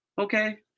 okay